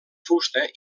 fusta